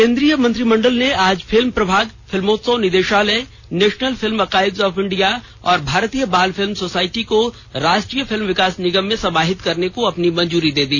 केन्द्रीय मंत्रिमंडल ने आज फिल्म प्रभाग फिल्मोंत्सव निदेशालय national film archives of India और भारतीय बाल फिल्म सोसायटी को राष्ट्रीय फिल्म विकास निगम में समाहित करने को अपनी मंजूरी दे दी